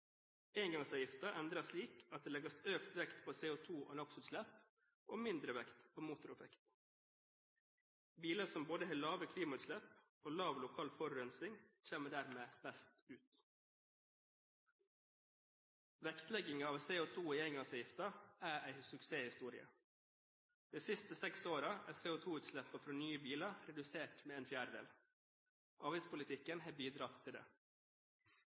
Engangsavgiften endres slik at det legges økt vekt på CO2- og NOx-utslipp, og mindre vekt på motoreffekt. Biler som både har lave klimautslipp og lav lokal forurensning, kommer dermed best ut. Vektleggingen av CO2 i engangsavgiften er en suksesshistorie. De siste seks årene er CO2-utslippene fra nye biler redusert med en fjerdedel. Avgiftspolitikken har bidratt til det.